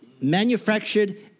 manufactured